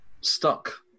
stuck